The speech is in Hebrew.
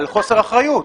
על חוסר אחריות.